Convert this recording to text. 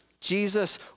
Jesus